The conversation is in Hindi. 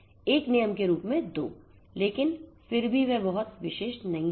एक नियम के रूप में दो लेकिन फिर वह भी बहुत विशिष्ट नहीं होगा